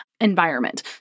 environment